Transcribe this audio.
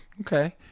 Okay